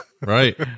right